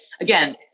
again